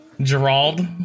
Gerald